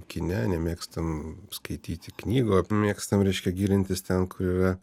kine nemėgstam skaityti knygų mėgstama reiškia gilintis ten kur yra